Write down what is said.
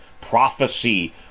prophecy